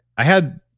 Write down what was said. i had,